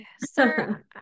Sir